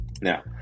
now